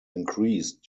increased